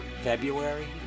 february